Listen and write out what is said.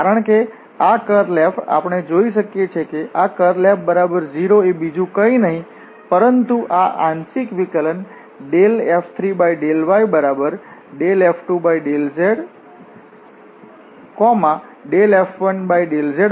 કારણ કે આ કર્લ F આપણે જોઈ શકીએ છીએ કે આ કર્લ F બરાબર 0 એ બીજું કઈ નઇ પરંતુ આ આંશિક વિકલન F3∂yF2∂z F1∂zF3∂x છે